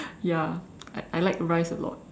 ya I I like rice a lot